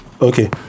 Okay